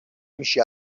میشی